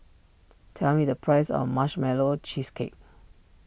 tell me the price of Marshmallow Cheesecake